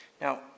Now